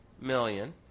million